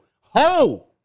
ho